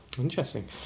Interesting